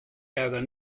ärger